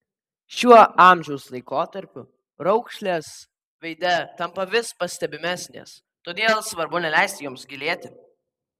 šiuo amžiaus laikotarpiu raukšlės veide tampa vis pastebimesnės todėl svarbu neleisti joms gilėti